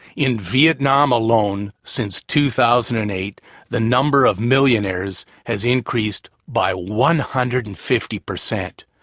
in vietnam alone, since two thousand and eight the number of millionaires has increased by one hundred and fifty percent.